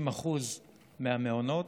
90% מהמעונות,